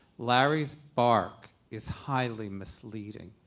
larry's bark is highly misleading.